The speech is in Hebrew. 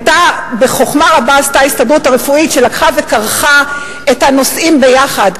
בחוכמה רבה עשתה ההסתדרות הרפואית שלקחה וכרכה את הנושאים ביחד,